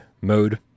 mode